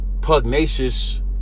Pugnacious